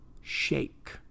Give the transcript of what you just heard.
shake